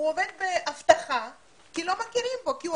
הוא עובד באבטחה כי לא מכירים בו כי הוא